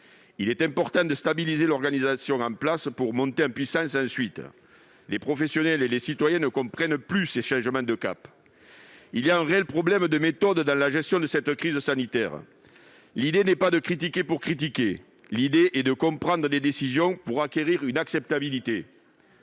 Il est important de stabiliser l'organisation en place pour monter en puissance ensuite, car les professionnels et les citoyens ne comprennent plus ces changements de cap. Il y a un réel problème de méthode dans la gestion de cette crise sanitaire. Il ne s'agit pas de critiquer pour critiquer, mais de comprendre les décisions pour gagner en acceptabilité.